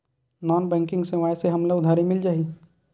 Non banking सेवाएं से हमला उधारी मिल जाहि?